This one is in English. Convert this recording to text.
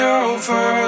over